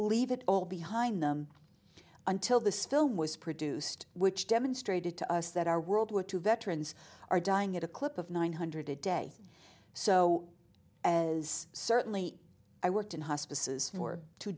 leave it all behind them until this film was produced which demonstrated to us that our world war two veterans are dying at a clip of nine hundred day so as certainly i worked in hospices were two